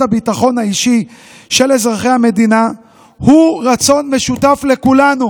הביטחון האישי של אזרחי המדינה הוא רצון משותף לכולנו.